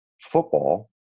football